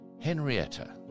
Henrietta